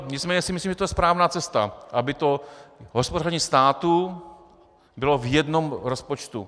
Nicméně si myslím, že to je správná cesta, aby hospodaření státu bylo v jednom rozpočtu.